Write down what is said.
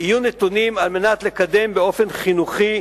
יהיו נתונים על מנת לקדם באופן חינוכי